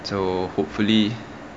so hopefully